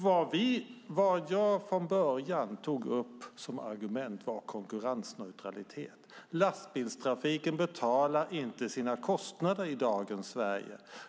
Vad jag från början tog upp som argument var konkurrensneutralitet. Lastbilstrafiken betalar inte sina kostnader i dagens Sverige.